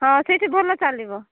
ହଁ ସେଇଠି ଭଲ ଚାଲିବ